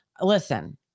Listen